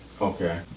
okay